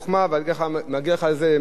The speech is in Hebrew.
וגם כל הצוות שהיו אתך,